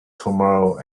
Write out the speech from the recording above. tomorrow